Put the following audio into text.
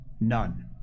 None